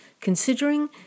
considering